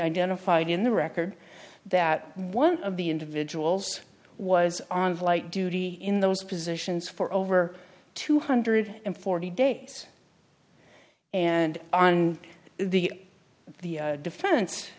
identified in the record that one of the individuals was on flight duty in those positions for over two hundred and forty days and on the the defen